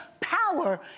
power